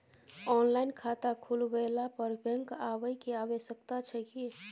Online खाता खुलवैला पर बैंक आबै के आवश्यकता छै की?